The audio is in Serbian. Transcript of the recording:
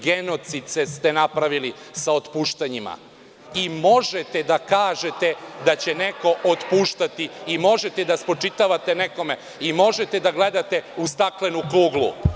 Genocid ste napravili sa otpuštanjima, i možete da kažete da će neko otpuštati i možete da spočitavate nekome, i možete da gledate u staklenu kuglu.